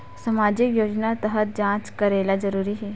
सामजिक योजना तहत जांच करेला जरूरी हे